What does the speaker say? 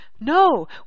No